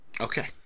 Okay